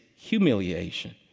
humiliation